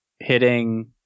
hitting